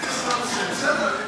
הטקסט מתייחס לנושא, בסדר.